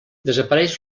desapareix